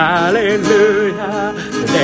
Hallelujah